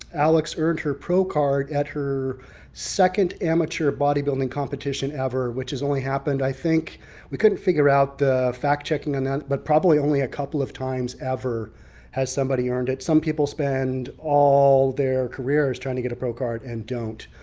alex earned her pro card at her second amateur bodybuilding competition ever. which has only happened, i think we couldn't figure out the fact checking on that. but probably only a couple of times ever has somebody earned it. some people spend all their careers trying to get a pro card and don't.